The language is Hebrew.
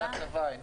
היא מהצבא.